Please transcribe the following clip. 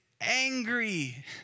angry